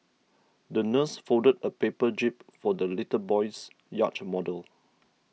the nurse folded a paper jib for the little boy's yacht model